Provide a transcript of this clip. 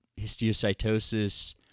histiocytosis